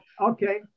okay